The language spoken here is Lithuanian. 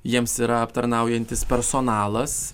jiems yra aptarnaujantis personalas